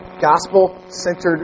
Gospel-centered